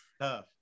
tough